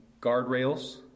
guardrails